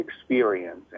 experience